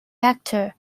actor